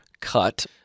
cut